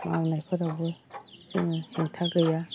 मावनायफोरावबो जोङो हेंथा गैया